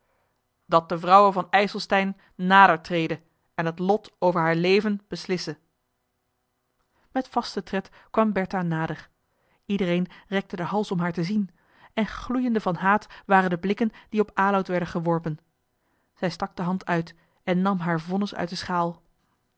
dat de vrouwe van ijselstein nader trede en het lot over haar leven beslisse met vasten tred kwam bertha nader iedereen rekte den hals om haar te zien en gloeiende van haat waren de blikken die op aloud werden geworpen zij stak de hand uit en nam haar vonnis uit de schaal